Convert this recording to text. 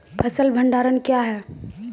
फसल भंडारण क्या हैं?